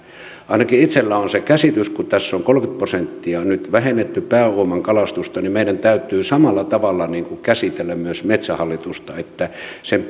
ainakin itselläni on se käsitys kun tässä on kolmekymmentä prosenttia nyt vähennetty pääuoman kalastusta että meidän täytyy samalla tavalla käsitellä myös metsähallitusta eli sen